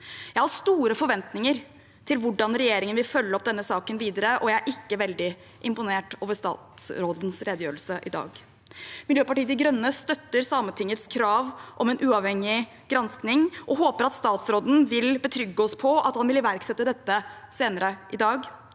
Jeg har store forventninger til hvordan regjeringen vil følge opp denne saken videre. Jeg er ikke veldig imponert over statsrådens redegjørelse i dag. Miljøpartiet de Grønne støtter Sametingets krav om en uavhengig gransking og håper at statsråden vil betrygge oss på at han vil iverksette dette senere i dag.